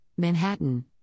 Manhattan